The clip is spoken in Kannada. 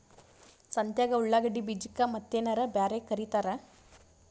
ಸಂತ್ಯಾಗ ಉಳ್ಳಾಗಡ್ಡಿ ಬೀಜಕ್ಕ ಮತ್ತೇನರ ಬ್ಯಾರೆ ಕರಿತಾರ?